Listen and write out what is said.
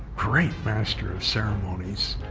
great master of ceremonies.